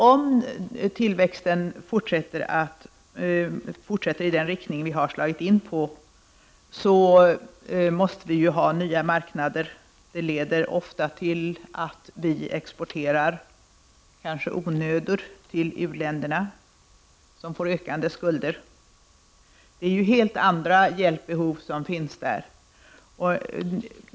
Om tillväxten fortsätter i samma riktning som nu måste vi ha nya marknader. Det leder ofta till att vi exporterar sådant som kanske är ”onödor” till u-länderna, som får ökande skulder. Det är helt andra hjälpbehov som finns där.